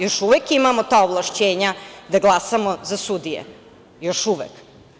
Još uvek imamo ta ovlašćenja da glasamo za sudije, još uvek.